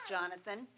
Jonathan